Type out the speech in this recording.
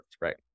right